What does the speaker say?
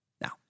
Now